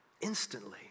instantly